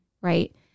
right